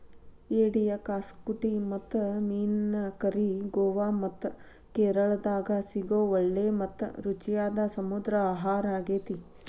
ಏಡಿಯ ಕ್ಸಾಕುಟಿ ಮತ್ತು ಮೇನ್ ಕರಿ ಗೋವಾ ಮತ್ತ ಕೇರಳಾದಾಗ ಸಿಗೋ ಒಳ್ಳೆ ಮತ್ತ ರುಚಿಯಾದ ಸಮುದ್ರ ಆಹಾರಾಗೇತಿ